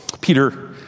Peter